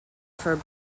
for